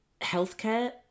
healthcare